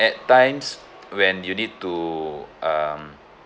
at times when you need to um